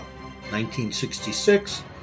1966